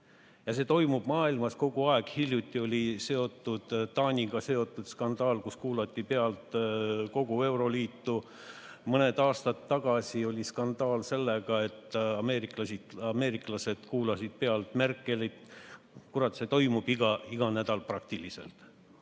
See toimub maailmas kogu aeg. Hiljuti oli Taaniga seotud skandaal, kui kuulati pealt kogu euroliitu. Mõned aastad tagasi oli skandaal sellega, et ameeriklased kuulasid pealt Merkelit. Kurat, see toimub praktiliselt